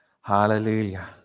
Hallelujah